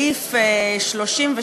בסעיף שלושים,